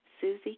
Susie